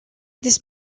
this